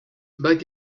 but